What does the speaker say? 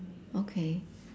okay